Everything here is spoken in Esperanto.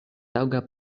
taŭga